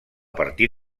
partir